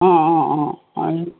অঁ অঁ অঁ